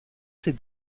cette